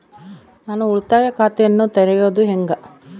ನಾನು ಉಳಿತಾಯ ಖಾತೆಯನ್ನ ತೆರೆಯೋದು ಹೆಂಗ?